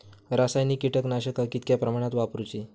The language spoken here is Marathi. रासायनिक कीटकनाशका कितक्या प्रमाणात वापरूची?